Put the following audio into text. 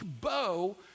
bow